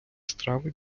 страви